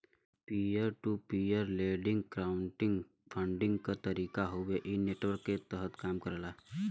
peer to peer lending crowd funding क तरीका हउवे इ नेटवर्क के तहत कम करला